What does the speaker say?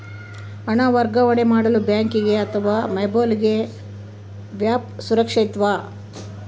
ಹಣ ವರ್ಗಾವಣೆ ಮಾಡಲು ಬ್ಯಾಂಕ್ ಅಥವಾ ಮೋಬೈಲ್ ಆ್ಯಪ್ ಸುರಕ್ಷಿತವೋ?